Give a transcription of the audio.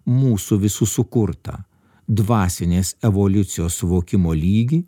mūsų visų sukurtą dvasinės evoliucijos suvokimo lygį